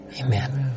Amen